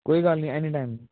ਕੋਈ ਗੱਲ ਨਹੀਂ ਐਨੀ ਟਾਈਮ